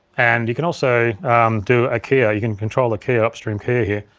and you can also do a keyer, you can control the keyer, upstream keyer here.